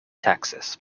texas